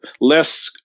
less